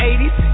80s